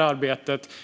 arbetet.